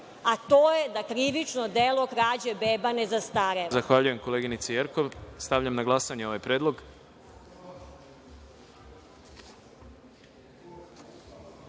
a to je da krivično delo krađe beba ne zastareva.